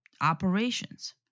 operations